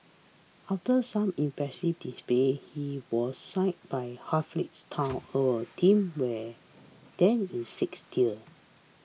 after some impressive displays he was signed by Halifax town a team where then in sixth tier